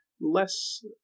less